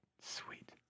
sweet